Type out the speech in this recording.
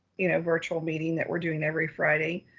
you know virtual meeting that we're doing every friday,